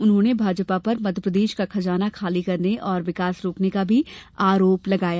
उन्होंने भाजपा पर मध्यप्रदेश का खजाना खाली करने और विकास रोकने का भी आरोप लगाया